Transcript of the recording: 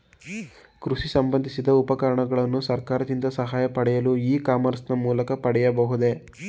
ಕೃಷಿ ಸಂಬಂದಿಸಿದ ಉಪಕರಣಗಳನ್ನು ಸರ್ಕಾರದಿಂದ ಸಹಾಯ ಪಡೆಯಲು ಇ ಕಾಮರ್ಸ್ ನ ಮೂಲಕ ಪಡೆಯಬಹುದೇ?